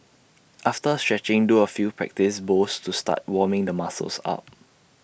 after stretching do A few practice bowls to start warming the muscles up